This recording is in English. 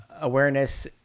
awareness